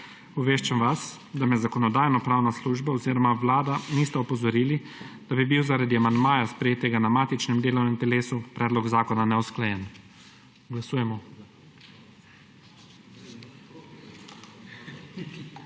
Obveščam vas, da me Zakonodajno-pravna služba oziroma Vlada nista opozorili, da bi bil zaradi amandmaja, sprejetega na matičnem delovnem telesu, predlog zakona neusklajen. Glasujemo.